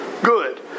Good